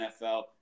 NFL